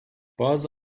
bazı